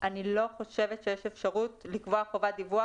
אני לא חושבת שיש אפשרות לקבוע חובת דיווח